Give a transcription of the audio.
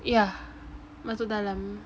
yeah masuk dalam